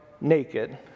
naked